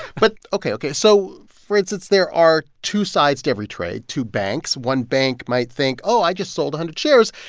but ok, ok. so, for instance, there are two sides to every trade two banks. one bank might think, oh, i just sold a hundred shares.